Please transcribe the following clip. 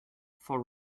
for